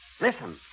Listen